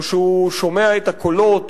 או כשהוא שומע את הקולות